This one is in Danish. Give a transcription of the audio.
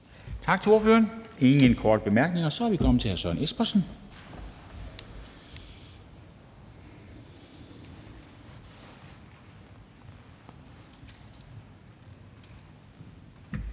Tak til ordføreren. Der er ingen korte bemærkninger. Så er vi kommet til hr. Søren Espersen,